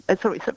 sorry